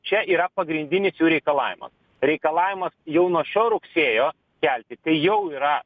čia yra pagrindinis jų reikalavimas reikalavimas jau nuo šio rugsėjo kelti kai jau yra